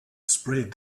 spread